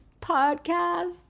podcast